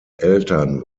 eltern